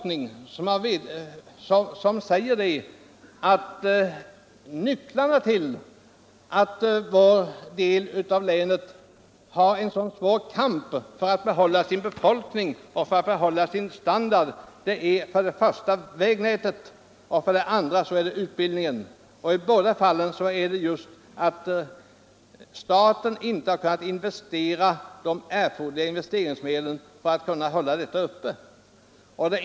Där tycker vi nämligen att orsaken till att vår del av länet för en så svår kamp för att behålla sin befolkning och sin standard är för det första vägnätet och för det andra utbildningen. På intetdera av dessa områden har staten investerat de medel som erfordrats för att hålla standarden uppe.